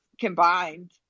combined